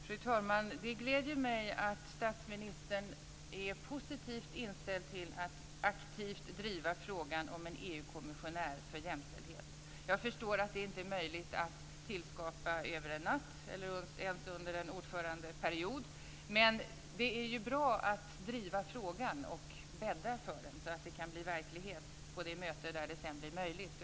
Fru talman! Det gläder mig att statsministern är positivt inställd till att aktivt driva frågan om en EU kommissionär för jämställdhet. Jag förstår att något sådant inte är möjligt att tillskapa över en natt eller ens under en ordförandeperiod. Men det är bra att driva frågan och bädda för den så att detta kan bli verklighet på det möte där det sedan blir aktuellt.